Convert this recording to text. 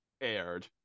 aired